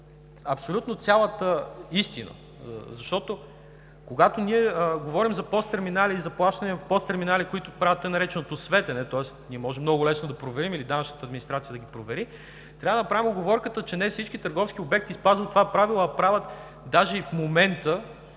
абсолютно цялата истина, защото, когато ние говорим за ПОС терминали и за плащания в ПОС терминали, които правят така нареченото „светене“, тоест ние можем много лесно да проверим или данъчната администрация да ги провери, трябва да направим уговорката, че не всички търговски обекти спазват това правило, а правят даже и в момента